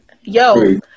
Yo